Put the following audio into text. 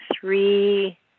three